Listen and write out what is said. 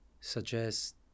suggest